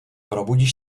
probudíš